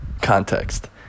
context